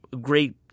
great